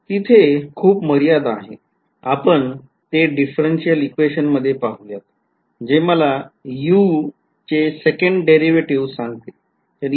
तिथे खूप मर्यादा आहे आपण ते differential equation मध्ये पाहुयात जे मला u चे second derivative सांगते